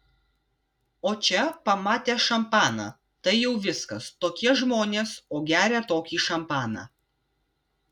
o čia pamatė šampaną tai jau viskas tokie žmonės o gerią tokį šampaną